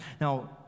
Now